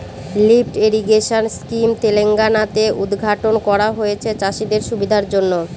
lift irrigation scheme Telangana তে উদ্ঘাটন করা হয়েছে চাষীদের সুবিধার জন্য